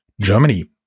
Germany